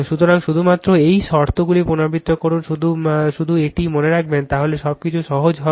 সুতরাং শুধুমাত্র এই শর্তগুলি পুনরাবৃত্তি করুন শুধু এটি মনে রাখবেন তাহলে সবকিছু সহজ হবে